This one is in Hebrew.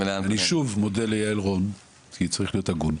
אני שוב מודה ליעל רון כי צריך להיות הגון.